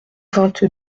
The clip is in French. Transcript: vingt